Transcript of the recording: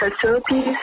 facilities